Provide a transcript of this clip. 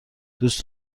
دوست